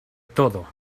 todo